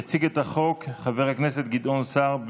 יציג את החוק חבר הכנסת גדעון סער,